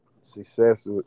success